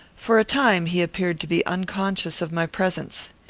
for a time he appeared to be unconscious of my presence.